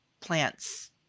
plants